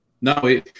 no